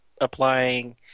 applying